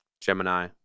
Gemini